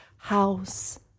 House